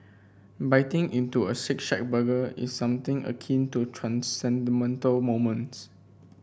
biting into a Shake Shack burger is something akin to a transcendental moment